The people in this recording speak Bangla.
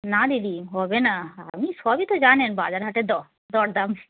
না দিদি হবে না আপনি সবই তো জানেন বাজার হাটের দ দর দাম